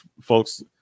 folks